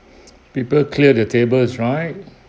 people clear the tables right